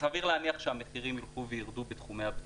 סביר להניח שהמחירים ילכו וירדו בתחומי הבדיקות.